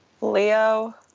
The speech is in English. Leo